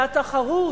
והתחרות,